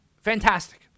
Fantastic